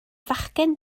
fachgen